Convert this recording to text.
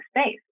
space